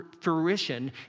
fruition